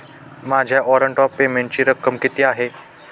माझ्या warrant of पेमेंटची रक्कम किती आहे?